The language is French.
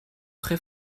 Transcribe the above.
très